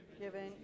given